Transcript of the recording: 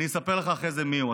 אני אספר לך אחרי זה מיהו.